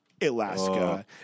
Alaska